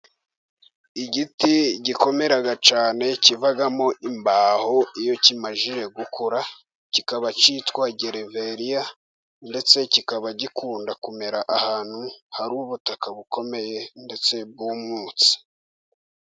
Igiti gikomera cyane kivamo imbaho, iyo kimajije gukura kikaba cyitwa geveriya, ndetse kikaba gikunda kumera ahantu hari ubutaka bukomeye, ndetse bwumutse.